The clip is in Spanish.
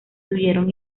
huyeron